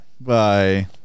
bye